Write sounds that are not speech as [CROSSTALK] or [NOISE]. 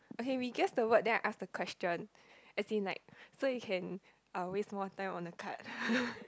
okay we guess the word then I ask the question as in like so you can uh waste more time on the card [LAUGHS]